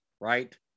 right